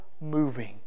moving